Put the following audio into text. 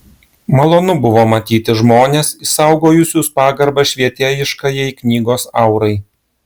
malonu buvo matyti žmones išsaugojusius pagarbą švietėjiškajai knygos aurai